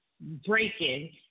breaking